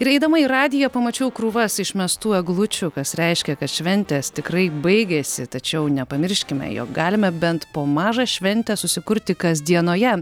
ir eidama į radiją pamačiau krūvas išmestų eglučių kas reiškia kad šventės tikrai baigėsi tačiau nepamirškime jog galime bent po mažą šventę susikurti kasdienoje